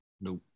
Nope